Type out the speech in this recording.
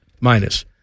Minus